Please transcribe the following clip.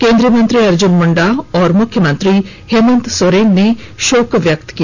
केन्द्रीय मंत्री अर्जुन मुण्डा और मुख्यमंत्री हेमन्त सोरेन ने शोक व्यक्त किया